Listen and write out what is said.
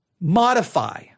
modify